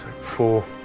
Four